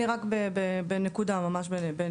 אני רק בנקודה, ממש בנקודות.